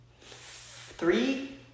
three